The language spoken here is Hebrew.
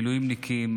מילואימניקים,